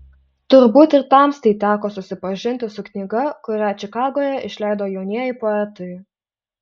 turbūt ir tamstai teko susipažinti su knyga kurią čikagoje išleido jaunieji poetai